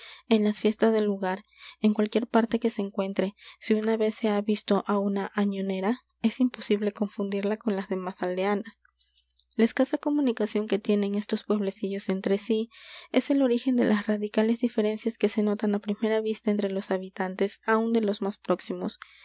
en las fiestas del lugar en cualquier parte que se encuentre si una vez se ha visto á una añonera es imposible confundirla con las demás aldeanas la escasa comunicación que tienen estos pueblecillos entre sí es el origen de las radicales diferencias que se notan á primera vista entre los habitantes aun de los más próximos